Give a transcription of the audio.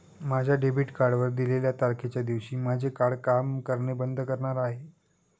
माझ्या डेबिट कार्डवर दिलेल्या तारखेच्या दिवशी माझे कार्ड काम करणे बंद करणार आहे